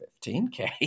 15K